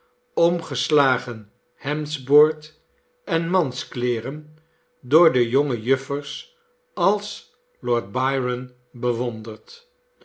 omgeslagen hemdsboord en manskleeren door de jonge juffers als lord byron bewonderd